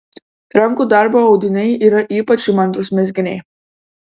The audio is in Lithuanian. rankų darbo audiniai ir ypač įmantrūs mezginiai